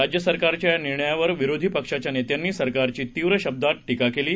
राज्य सरकारच्या या निर्णयावर विरोधी पक्षाच्या नेत्यांनी सरकारची तीव्र शब्दात टीका केली आहे